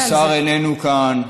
השר איננו כאן,